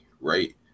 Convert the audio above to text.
right